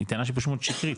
היא טענה שפשוט מאוד שקרית.